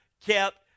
kept